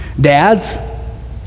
Dads